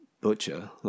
butcher